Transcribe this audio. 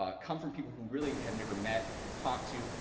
come from people who really have never met, talked to,